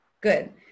good